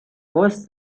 boss